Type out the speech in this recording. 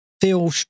feel